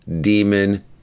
demon